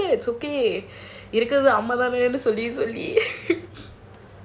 thats okay இருக்கதே அம்பது ரூபானு சொல்லி சொல்லி:irukkaathae ambathu roobaanu solli solli